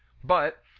but,